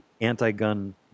anti-gun